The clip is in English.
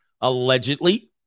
allegedly